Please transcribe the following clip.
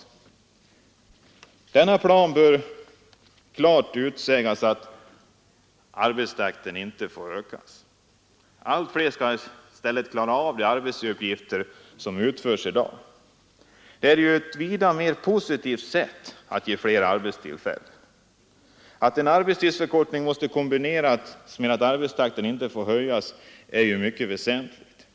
I denna plan bör klart utsägas att arbetstakten inte får ökas. Fler skall i stället klara av de arbetsuppgifter som i dag utförs. Detta är ju ett vida mer positivt sätt att ge fler arbetstillfällen. Att en arbetstidsförkortning måste kombineras med att arbetstakten inte får höjas är mycket väsentligt.